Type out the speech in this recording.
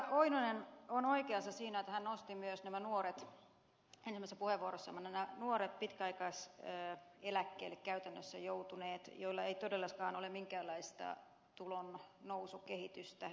oinonen on oikeassa siinä että hän nosti esiin ensimmäisessä puheenvuorossaan myös nämä nuoret hengellisen puhevuorossa minne ne nuoret pitkäaikaiseläkkeelle käytännössä joutuneet joilla ei todellakaan ole minkäänlaista tulonnousukehitystä edessänsä